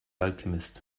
alchemist